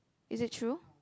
is it true